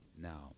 now